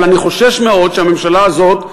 אבל אני חושש מאוד שהממשלה הזאת,